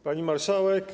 Pani Marszałek!